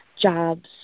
jobs